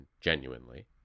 genuinely